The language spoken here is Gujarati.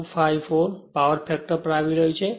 254 પાવર ફેક્ટર પર આવી રહ્યું છે